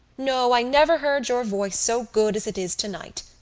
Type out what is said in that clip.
no, i never heard your voice so good as it is tonight.